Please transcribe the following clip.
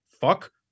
Fuck